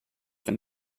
wenn